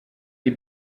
die